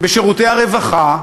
בשירותי הרווחה,